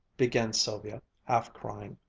began sylvia, half crying,